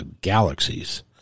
galaxies